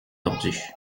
tordus